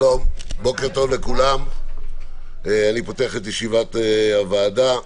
שלום לכולם, אני מתכבד לפתוח את ישיבת הוועדה.